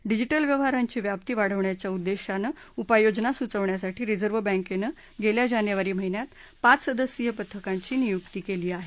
digital व्यवहारांची व्याप्ती वाढवण्याच्या उद्देशानं उपाययोजना सुचवण्यासाठी रिझर्व्ह बँकेनं गेल्या जानेवारी महिन्यात पाच सदस्यीय पथकाची नियुक्ती केली आहे